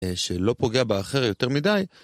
שלא פוגע באחר יותר מדי.